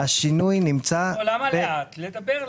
למה לא העברתם